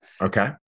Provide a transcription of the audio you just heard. Okay